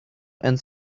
and